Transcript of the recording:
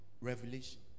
revelation